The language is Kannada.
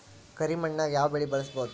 ಕರಿ ಮಣ್ಣಾಗ್ ಯಾವ್ ಬೆಳಿ ಬೆಳ್ಸಬೋದು?